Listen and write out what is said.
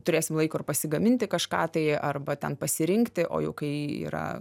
turėsim laiko pasigaminti kažką tai arba ten pasirinkti o jau kai yra